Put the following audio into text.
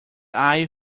eye